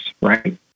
Right